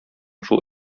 шул